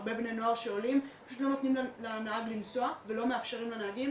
הרבה בני נוער שעולים שפשוט לא נותנים לנהג לנסוע ולא מאפשרים לנהגים